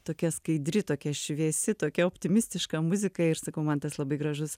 tokia skaidri tokia šviesi tokia optimistiška muzika ir sakau man tas labai gražus